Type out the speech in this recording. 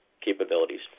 capabilities